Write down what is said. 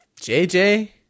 JJ